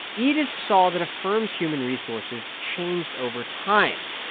edith saw that a firm's human resources changed over time.